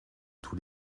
tous